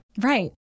Right